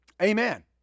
Amen